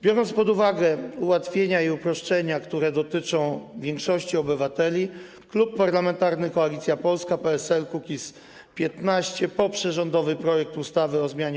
Biorąc pod uwagę ułatwienia i uproszczenia, które dotyczą większości obywateli, Klub Parlamentarny Koalicja Polska - PSL - Kukiz15 poprze rządowy projekt ustawy o zmianie